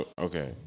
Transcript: Okay